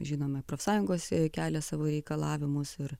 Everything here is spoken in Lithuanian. žinoma profsąjungos kelia savo reikalavimus ir